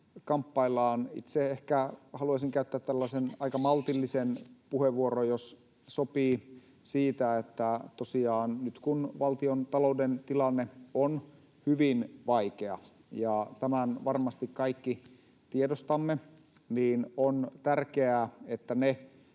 kamppaillaan. Itse ehkä haluaisin käyttää tällaisen aika maltillisen puheenvuoron, jos sopii, siitä, että tosiaan nyt kun valtiontalouden tilanne on hyvin vaikea ja tämän varmasti kaikki tiedostamme, niin on tärkeää, että ne